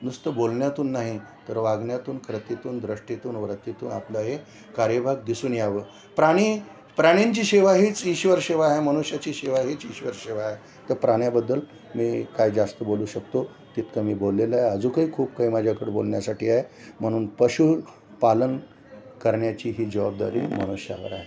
नुसतं बोलण्यातून नाही तर वागण्यातून कृतीतून दृष्टीतून वृत्तीतून आपला हे कार्यभाग दिसून यावं प्राणी प्राणींची सेवा हीच ईश्वर सेवा हा आहे मनुष्याची सेवा हीच ईश्वर सेवा आहे तर प्राण्याबद्दल मी काय जास्त बोलू शकतो तितकं मी बोललेलो आहे अजूकही खूप काही माझ्याकडं बोलण्यासाठी आहे म्हणून पशुपालन करण्याची ही जबाबदारी मनुष्यावर आहे